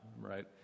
right